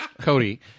Cody